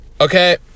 Okay